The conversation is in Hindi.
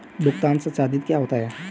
भुगतान संसाधित क्या होता है?